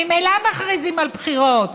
ממילא מכריזים על בחירות,